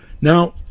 Now